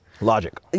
Logic